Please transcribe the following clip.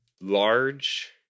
large